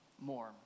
more